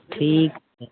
ठीक